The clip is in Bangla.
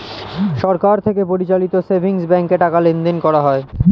সরকার থেকে পরিচালিত সেভিংস ব্যাঙ্কে টাকা লেনদেন করা হয়